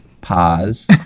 Pause